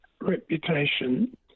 reputation